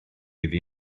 iddi